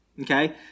Okay